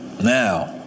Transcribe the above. Now